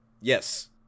Yes